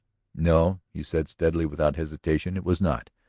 no, he said steadily, without hesitation. it was not.